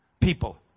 people